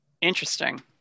Interesting